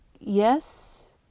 Yes